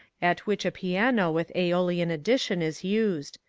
at which a piano with a olian addition is used.